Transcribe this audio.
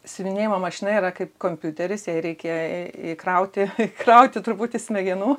siuvinėjimo mašina yra kaip kompiuteris jai reikėjo įkrauti įkrauti truputį smegenų